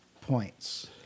points